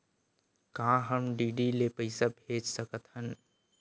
का हम डी.डी ले पईसा भेज सकत हन?